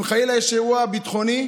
אם חלילה יש אירוע ביטחוני,